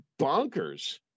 bonkers